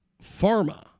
Pharma